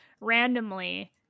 randomly